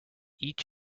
each